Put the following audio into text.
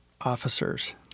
officers